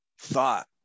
thought